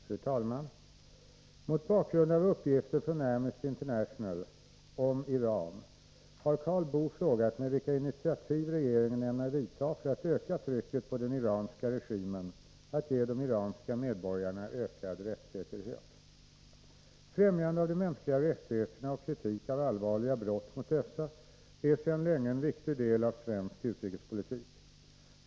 Fru talman! Mot bakgrund av uppgifter från Amnesty International om Iran har Karl Boo frågat mig vilka initiativ regeringen ämnar vidta för att öka trycket på den iranska regimen att ge de iranska medborgarna ökad rättssäkerhet. Främjande av de mänskliga rättigheterna och kritik av allvarliga brott mot dessa är sedan länge en viktig del av svensk utrikespolitik.